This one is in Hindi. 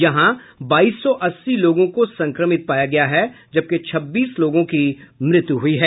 यहां बाईस सौ अस्सी लोगों को संक्रमित पाया गया है जबकि छब्बीस लोगों की मृत्यु हुई है